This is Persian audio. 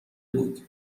بود